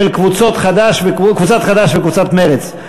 של קבוצת חד"ש וקבוצת מרצ.